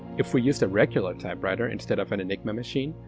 if we used a regular typewriter instead of an enigma machine,